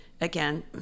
again